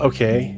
Okay